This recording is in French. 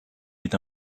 est